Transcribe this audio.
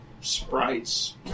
sprites